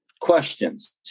questions